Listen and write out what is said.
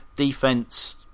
defense